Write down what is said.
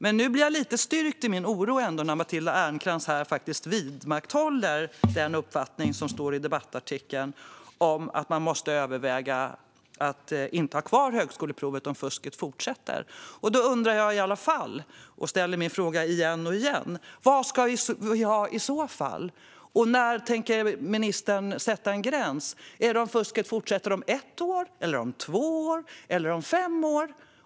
Men jag blir ändå lite styrkt i min oro när Matilda Ernkrans vidmakthåller uppfattningen i debattartikeln om att man måste överväga att inte ha kvar högskoleprovet om fusket fortsätter. Jag ställer min fråga igen och igen: Vad ska vi ha i så fall? Och vilken gräns tänker ministern sätta för fusket: ett, två eller fem år?